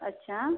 अच्छा